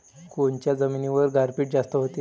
कोनच्या जमिनीवर गारपीट जास्त व्हते?